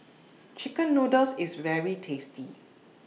Chicken Noodles IS very tasty